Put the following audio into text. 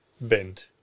bend